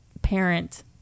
parent